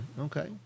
Okay